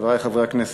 חברי חברי הכנסת,